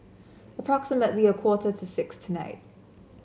approximately a quarter to six tonight